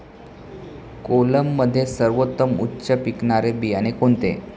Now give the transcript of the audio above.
कोलममध्ये सर्वोत्तम उच्च पिकणारे बियाणे कोणते?